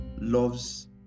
loves